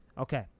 Okay